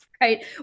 Right